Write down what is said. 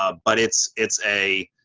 ah but it's it's a